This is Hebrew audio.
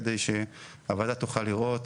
כדי שהוועדה תוכל לראות